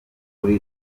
kuri